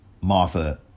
Martha